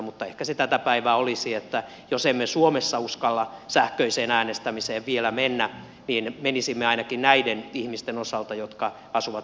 mutta ehkä tätä päivää olisi jos emme suomessa uskalla sähköiseen äänestämiseen vielä mennä että menisimme ainakin niiden ihmisten osalta jotka asuvat pysyvästi ulkomailla